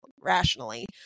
rationally